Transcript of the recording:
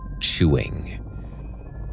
chewing